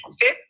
fifth